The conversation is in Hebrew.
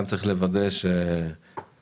צריך לוודא שאנחנו